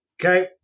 Okay